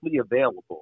available